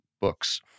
books